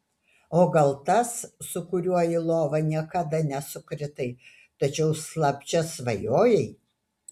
o gal tas su kuriuo į lovą niekada nesukritai tačiau slapčia svajojai